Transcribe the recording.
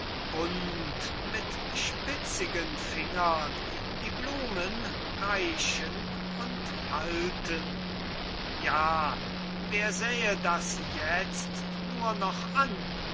mit spitzigen fingern die blumen reichen und halten ja wer sähe das jetzt nur noch an